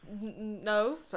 no